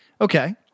okay